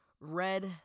red